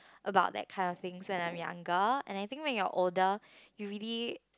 about that kind of things when I'm younger and I think when you are older you really